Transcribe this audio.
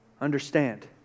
understand